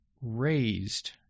raised